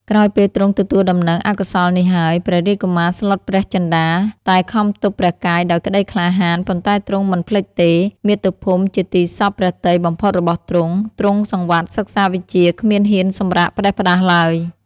ក្រោយពេលទ្រង់ទទួលដំណឹងអកុសលនេះហើយ ព្រះរាជកុមារស្លុតព្រះចិន្ដា តែខំទប់ព្រះកាយដោយក្ដីក្លាហាន ប៉ុន្តែទ្រង់មិនភ្លេចទេ មាតុភូមិជាទីសព្វព្រះទ័យបំផុតរបស់ទ្រង់ ទ្រង់សង្វាតសិក្សាវិជ្ជាគ្មានហ៊ានសម្រាកផ្ដេសផ្ដាសឡើយ ។